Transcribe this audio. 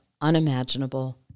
unimaginable